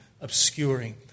obscuring